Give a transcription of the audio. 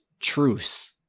Truce